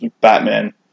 Batman